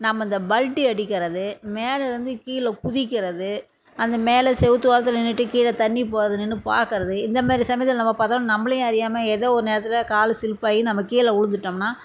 நாம் இந்த பல்டி அடிக்கிறது மேலேயிருந்து கீழே குதிக்கிறது அந்த மேல செவத்து ஓரத்தில் நின்றுட்டு கீழே தண்ணி போகிறது நின்று பார்க்கறது இந்தமாரி சமயத்தில் நம்ம பார்த்தா நம்மளையும் அறியாமல் எதோ ஒரு நேரத்தில் கால் ஸ்லிப்பாகி நம்ம கீழே உழுந்துட்டோம்ன்னா